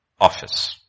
office